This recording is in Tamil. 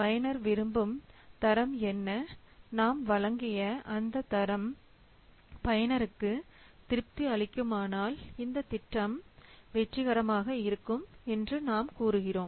பயனர் விரும்பும் தரம் என்ன நாம் வழங்கிய அந்த தரம் பயனருக்கு திருப்தி அளிக்குமானால் இந்த திட்டம் வெற்றிகரமாக இருக்கும் என்று நாம் கூறுகிறோம்